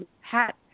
hat